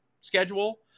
schedule